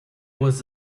was